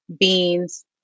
beans